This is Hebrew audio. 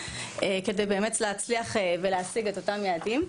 כדי באמת להצליח ולהשיג את אותם יעדים.